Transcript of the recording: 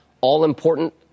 all-important